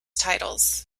titles